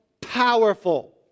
powerful